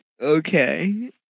Okay